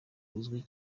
uzwi